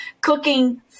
cooking